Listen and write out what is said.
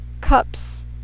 cups